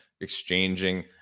exchanging